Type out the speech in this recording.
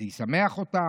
זה ישמח אותה,